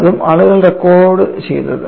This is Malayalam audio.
അതും ആളുകൾ റെക്കോർഡുചെയ്തത്